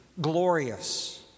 glorious